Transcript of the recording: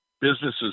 businesses